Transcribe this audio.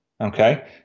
Okay